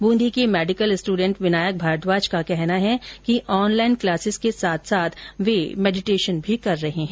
ब्रंदी के medical student Vinayak Bhardwaj का कहना है कि ऑनलाइन क्लासेज के साथ साथ वे मेडिटेशन भी कर रहे हैं